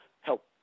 help